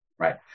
Right